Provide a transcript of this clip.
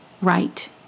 right